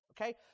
Okay